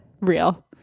Real